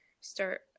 start